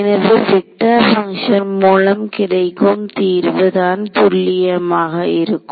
எனவே vector function மூலம் கிடைக்கும் தீர்வு தான் துல்லியமாக இருக்கும்